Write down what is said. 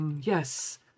yes